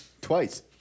twice